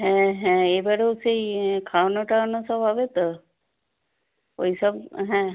হ্যাঁ হ্যাঁ এবারেও সেই খাওয়ানো টাওয়ানো সব হবে তো ওই সব হ্যাঁ